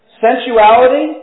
sensuality